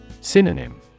Synonym